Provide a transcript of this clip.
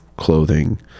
Clothing